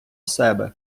себе